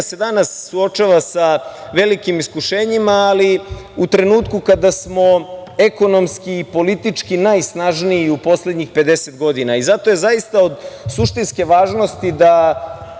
se danas suočava sa velikim iskušenjima u trenutku kada smo ekonomski i politički najsnažniji u poslednjih 50 godina i zato je zaista od suštinske važnosti da,